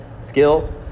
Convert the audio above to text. skill